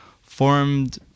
formed